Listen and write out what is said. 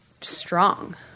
strong